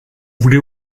voulez